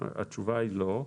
התשובה היא לא.